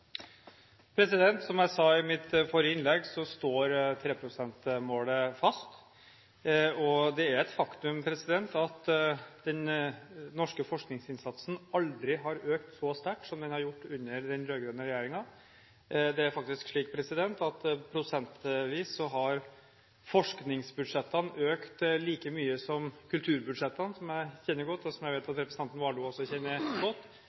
Som jeg sa i mitt forrige innlegg, står 3 pst.-målet fast. Det er et faktum at den norske forskningsinnsatsen aldri har økt så sterkt som den har gjort under den rød-grønne regjeringen. Det er faktisk slik at prosentvis så har forskningsbudsjettene økt like mye som kulturbudsjettene, som jeg kjenner godt, og som jeg vet at representanten Warloe også kjenner godt.